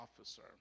officer